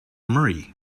murray